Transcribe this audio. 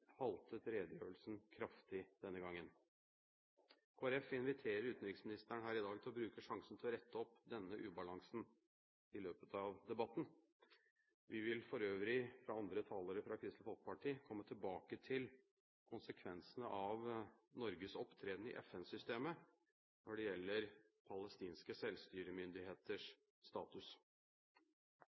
haltet redegjørelsen kraftig denne gangen. Kristelig Folkeparti inviterer utenriksministeren her i dag til å benytte sjansen til å rette opp denne ubalansen i løpet av debatten. For øvrig vil andre talere fra Kristelig Folkeparti komme tilbake til konsekvensene av Norges opptreden i FN-systemet når det gjelder palestinske selvstyremyndigheters status.